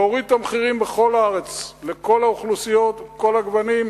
להוריד את המחירים בכל הארץ לכל האוכלוסיות מכל הגוונים,